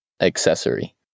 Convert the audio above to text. accessory